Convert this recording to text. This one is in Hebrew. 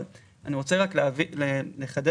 אבל אני רוצה לחדד,